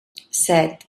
set